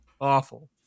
awful